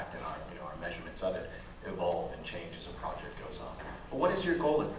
you know our measurements of it evolve and change as a project goes on. but what is your goal